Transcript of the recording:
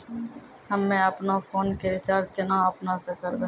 हम्मे आपनौ फोन के रीचार्ज केना आपनौ से करवै?